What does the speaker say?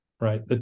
right